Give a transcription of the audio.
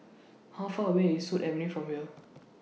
How Far away IS Sut Avenue from here